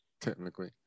technically